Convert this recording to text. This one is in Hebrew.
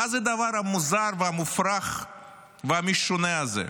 מה זה הדבר המוזר והמופרך והמשונה הזה?